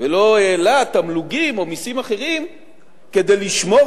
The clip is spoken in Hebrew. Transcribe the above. ולא העלה תמלוגים או מסים אחרים כדי לשמור